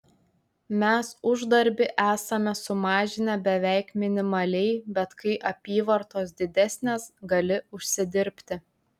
mes uždarbį esame sumažinę beveik minimaliai bet kai apyvartos didesnės gali užsidirbti